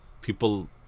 people